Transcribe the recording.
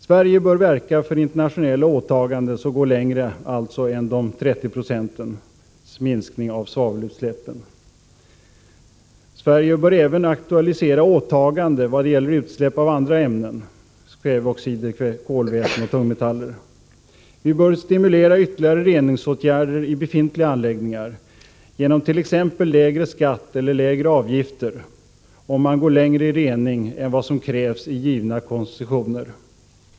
Sverige bör verka för internationella åtaganden som går längre än till de 30 procentens minskning av svavelutsläppen. Sverige bör även aktualisera åtaganden när det gäller utsläpp av andra ämnen: kväveoxider, kolväten och tungmetaller. Vi bör stimulera ytterligare reningsåtgärder i befintliga anläggningar genom t.ex. lägre skatt eller lägre avgifter om man går längre i rening än vad som krävs i givna koncessioner.